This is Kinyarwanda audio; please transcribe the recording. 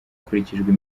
hakurikijwe